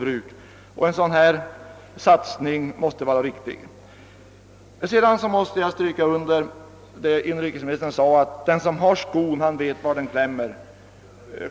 En satsning av det här slaget måste enligt min mening vara riktig. Jag vill understryka inrikesministerns uttalande att den som har skon på sig vet var den klämmer.